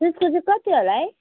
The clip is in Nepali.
त्यसको चाहिँ कति होला है